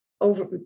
over